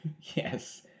Yes